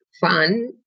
fun